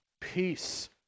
peace